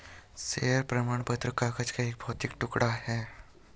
share प्रमाण पत्र कागज का एक भौतिक टुकड़ा है